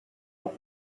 but